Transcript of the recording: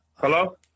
Hello